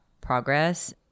progress